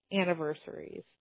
anniversaries